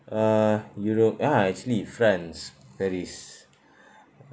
uh europe ah actually france paris